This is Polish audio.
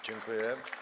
Dziękuję.